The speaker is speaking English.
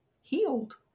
healed